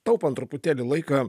taupom truputėlį laiką